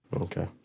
Okay